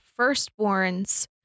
firstborns